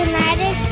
United